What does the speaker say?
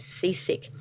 seasick